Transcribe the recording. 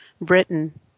Britain